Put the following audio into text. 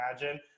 imagine